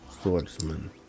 swordsman